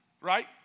Right